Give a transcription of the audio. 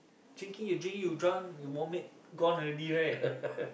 drinking you drinking you drunk you vomit gone already right